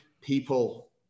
people